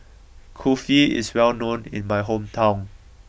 Kulfi is well known in my hometown